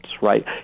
right